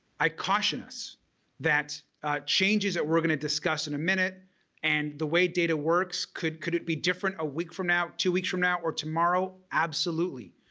i caution us that changes that we're going to discuss in a minute and the way data works, could could it be different a week from now, two weeks from now, or tomorrow? absolutely.